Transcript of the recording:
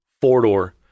four-door